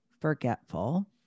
forgetful